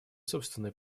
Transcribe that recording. собственный